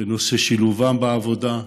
בנושא שילובם בעבודה.